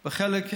בחלק,